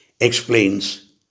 explains